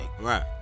Right